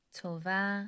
tova